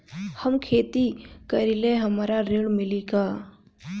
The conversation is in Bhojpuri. हम खेती करीले हमरा ऋण मिली का?